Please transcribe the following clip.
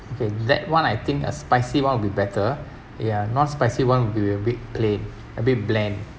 okay that one I think uh spicy [one] will be better ya non spicy [one] would be a bit plain a bit bland